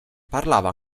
parlava